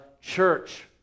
church